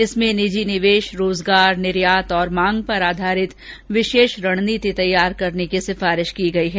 इसमें निजी निवेश रोजगार निर्यात और मांग पर आधारित विशेष रणनीति तैयार करने की सिफारिश की गई है